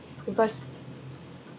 because